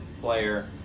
player